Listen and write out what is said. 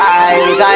eyes